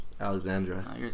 Alexandra